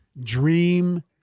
dream